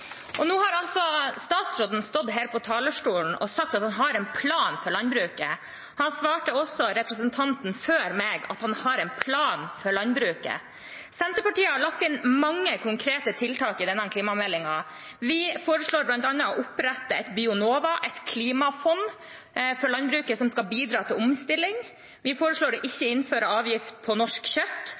Nå har altså statsråden stått her på talerstolen og sagt at han har en plan for landbruket. Han svarte også representanten før meg at han har en plan for landbruket. Senterpartiet har lagt inn mange konkrete tiltak i innstillingen til denne klimameldingen. Vi foreslår bl.a. å opprette et «Bionova», et klimafond for landbruket, som skal bidra til omstilling. Vi foreslår å ikke innføre avgift på norsk kjøtt,